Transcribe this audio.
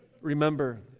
remember